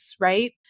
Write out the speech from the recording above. right